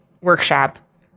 workshop